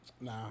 Nah